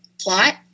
plot